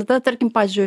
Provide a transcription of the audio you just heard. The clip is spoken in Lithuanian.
tada tarkim pavyzdžiui